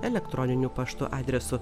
elektroniniu paštu adresu